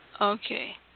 Okay